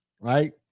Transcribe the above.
right